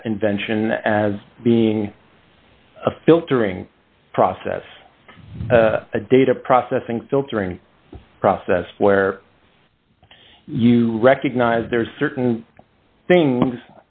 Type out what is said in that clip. that invention as being a filtering process a data processing filtering process where you recognize there are certain things